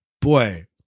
boy